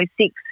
six